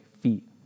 feet